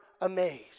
amazed